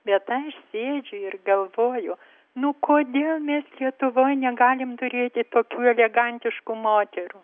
bet aš sėdžiu ir galvoju nu kodėl mes lietuvoj negalim turėti tokių elegantiškų moterų